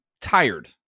tired